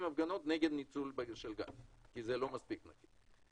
הפגנות נגד ניצול של גז כי זה לא מספיק נקי.